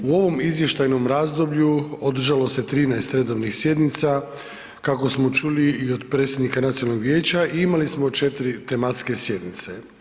U ovom izvještajnom razdoblju održalo se 13 redovnih sjednica, kako smo čuli i od predsjednika nacionalnog vijeća i imali smo 4 tematske sjednice.